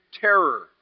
terror